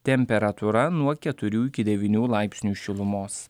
temperatūra nuo keturių iki devynių laipsnių šilumos